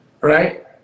right